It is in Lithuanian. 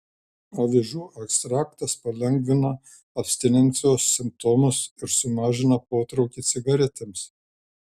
avižų ekstraktas palengvina abstinencijos simptomus ir sumažina potraukį cigaretėms